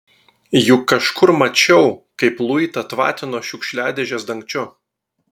juk kažkur mačiau kaip luitą tvatino šiukšliadėžės dangčiu